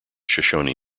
shoshone